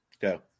Go